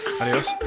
Adios